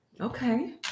Okay